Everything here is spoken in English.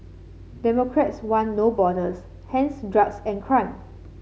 democrats one No Borders hence drugs and crime